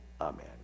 amen